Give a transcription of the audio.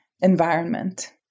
environment